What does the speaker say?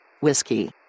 Whiskey